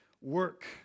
work